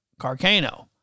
Carcano